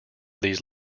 these